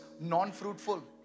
Non-fruitful